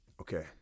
Okay